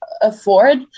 afford